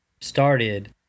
started